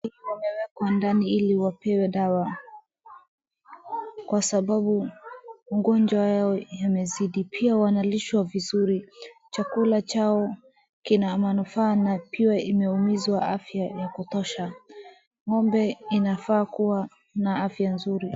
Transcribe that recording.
Wamewekwa ndani ili wapewe dawa kwa sababu ugonjwa yao yamezidi pia wanalishwa vizuri. Chakula chao kina manufaa na pia imeumizwa afya ya kutosha. Ng'ombe inafaa kuwa na afya nzuri.